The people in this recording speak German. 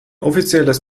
offizielles